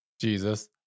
Jesus